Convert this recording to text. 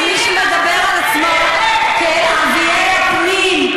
אז מי שמדבר על עצמו כאל ערביי הפנים,